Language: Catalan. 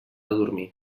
dormir